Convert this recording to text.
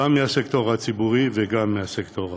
גם מהסקטור הציבורי וגם מהסקטור הפרטי,